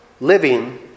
Living